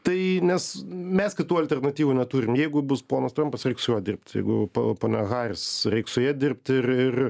tai nes mes kitų alternatyvų neturim jeigu bus ponas trumpas reiks su juo dirbt jeigu ponia haris reiks su ja dirbti ir ir